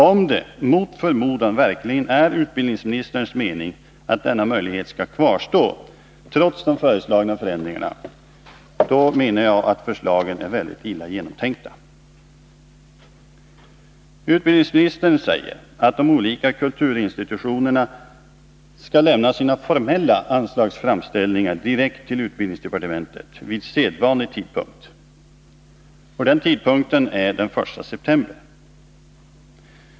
Om det mot förmodan verkligen är utbildningsministerns mening att denna möjlighet skall kvarstå trots föreslagna förändringar — då är, menar jag, förslagen väldigt illa genomtänkta. Utbildningsministern säger att de olika kulturinstitutionerna skall lämna sina formella anslagsframställningar direkt till utbildningsdepartementet vid sedvanlig tidpunkt. Och den tidpunkten är f. n. den 1 september.